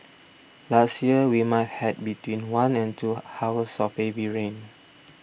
last year we might have between one and two hours of heavy rain